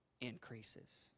increases